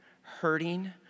hurting